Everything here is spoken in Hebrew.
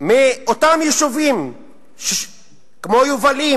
מאותם יישובים כמו יובלים,